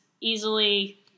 easily